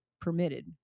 permitted